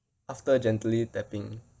after gently tapping